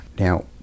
Now